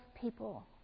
people